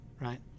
right